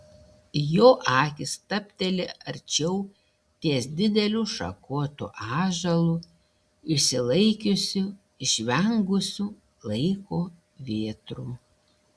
jo akys stabteli arčiau ties dideliu šakotu ąžuolu išsilaikiusiu išvengusiu laiko vėtrų